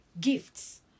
gifts